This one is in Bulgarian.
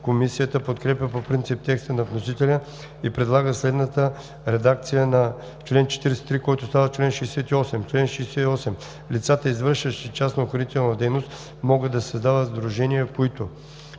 Комисията подкрепя по принцип текста на вносителя и предлага следната редакция на чл. 43, който става чл. 68: „Чл. 68. Лицата, извършващи частна охранителна дейност, могат да създават сдружения, които: